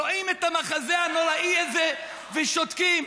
רואים את המחזה הנוראי הזה ושותקים.